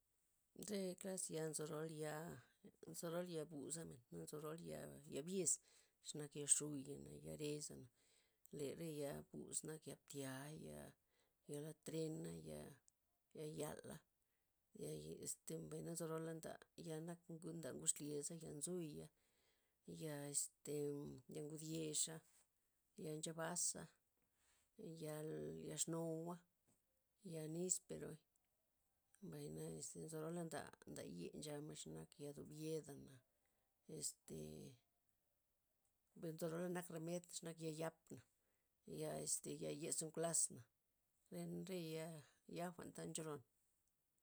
Re klas ya nzo rolya, nzo rolya bus gabmen na nzo roya ya byez, xe nak ya xuya'na, ya reza', le re ya bus nak ya btya, ya yalatrena', ya ya- yala', yaye este mbay nanzo roala nda ya nda ngud- ngud xlyeza, ya nzuya', ya este ya ngud yexa', ya nchebaza', yal- ya exnowua, ya nisperoi, mbay na este nzo rola nda nda ye nchamen xenak ya bdobyedana', este mbay nzo rola' nak remed xenak ya yap', ya este ya ye zanklasna', re- re ya jwa'n tha ncholon.